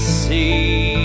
see